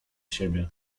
siebie